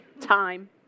Time